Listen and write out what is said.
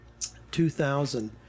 2000